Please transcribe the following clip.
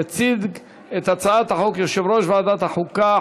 יציג את הצעת החוק יושב-ראש ועדת החוקה,